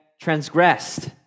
transgressed